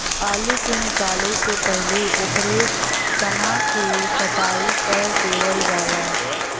आलू के निकाले से पहिले ओकरे तना क कटाई कर देवल जाला